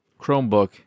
Chromebook